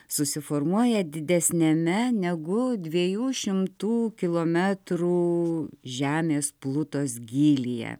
susiformuoja didesniame negu dviejų šimtų kilometrų žemės plutos gylyje